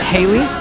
Haley